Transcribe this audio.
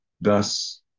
Thus